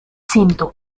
sento